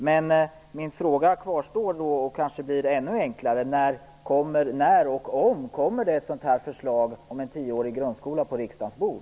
Men min fråga kvarstår och blir kanske ännu enklare: Om och när kommer ett förslag om en tioårig grundskola att hamna på riksdagens bord?